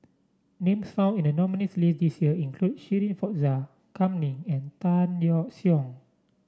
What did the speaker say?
names found in the nominees' list this year include Shirin Fozdar Kam Ning and Tan Yeok Seong